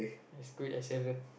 it's good as heaven